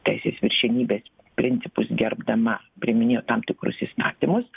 teisės viršenybės principus gerbdama priiminėjo tam tikrus įstatymus